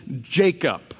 Jacob